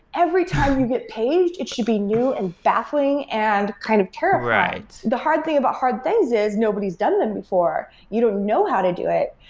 every time you get paged, it should be new and baffling and kind of terrifying. the hard thing about hard things is nobody's done them before. you don't know how to do it.